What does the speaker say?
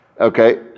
Okay